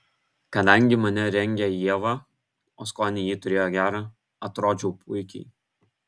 kadangi mane rengė ieva o skonį ji turėjo gerą atrodžiau puikiai